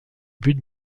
but